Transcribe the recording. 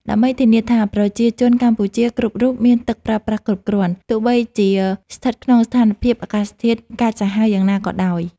ដើម្បីធានាថាប្រជាជនកម្ពុជាគ្រប់រូបមានទឹកប្រើប្រាស់គ្រប់គ្រាន់ ទោះបីជាស្ថិតក្នុងស្ថានភាពអាកាសធាតុកាចសាហាវយ៉ាងណាក៏ដោយ។